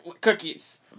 cookies